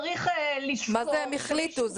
צריך ל --- מה זה הם החליטו?